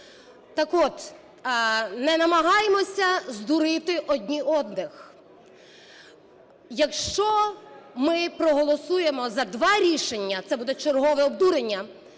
Так от, не намагаймося здурити одні одних. Якщо ми проголосуємо за два рішення, це буде чергове обдурення